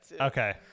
okay